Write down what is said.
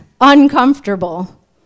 uncomfortable